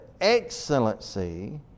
excellency